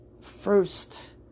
first